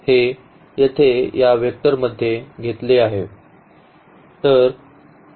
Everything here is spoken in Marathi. हे येथे या वेक्टरमध्ये घेतले आहे